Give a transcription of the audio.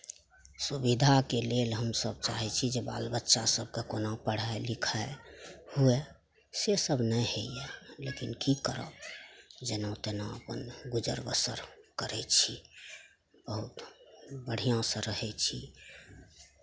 सुविधाके लेल हमसभ चाहै छी जे बाल बच्चा सभकेँ कोना पढ़ाइ लिखाइ हुए सेसभ नहि होइए लेकिन की करब जेना तेना अपन गुजर बसर करै छी बहुत बढ़िआँसे रहै छी